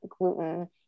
gluten